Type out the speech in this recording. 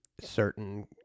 certain